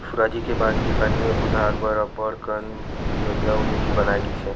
सुराजी के बाद किसानी म सुधार बर अब्बड़ कन योजना अउ नीति बनाए गिस हे